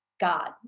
God